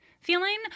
feeling